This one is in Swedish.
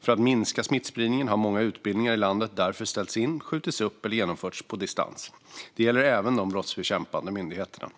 För att minska smittspridningen har många utbildningar i landet därför ställts in, skjutits upp eller genomförts på distans. Det gäller även de brottsbekämpande myndigheterna.